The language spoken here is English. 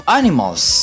animals